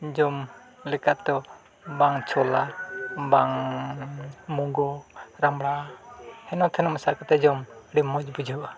ᱡᱚᱢ ᱞᱮᱠᱟᱫᱚ ᱵᱟᱝ ᱪᱷᱳᱞᱟ ᱵᱟᱝᱻ ᱢᱩᱜᱳ ᱨᱟᱢᱵᱽᱲᱟ ᱦᱮᱱᱚᱼᱛᱷᱮᱱᱚ ᱢᱮᱥᱟ ᱠᱟᱛᱮᱫ ᱡᱚᱢ ᱟᱹᱰᱤ ᱢᱚᱡᱽ ᱵᱩᱡᱷᱟᱹᱜᱼᱟ